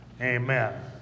Amen